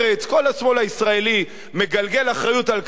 כל השמאל הישראלי מגלגל אחריות לכך שאין